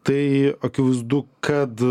tai akivaizdu kad